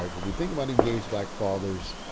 ah we think about engaged black fathers,